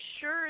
sure